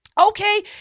Okay